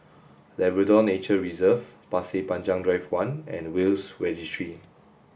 Labrador Nature Reserve Pasir Panjang Drive one and Will's Registry